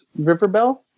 Riverbell